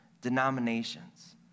denominations